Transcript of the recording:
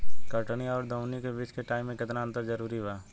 कटनी आउर दऊनी के बीच के टाइम मे केतना अंतर जरूरी बा?